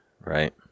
right